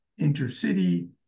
intercity